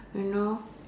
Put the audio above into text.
you know